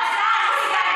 חלאס,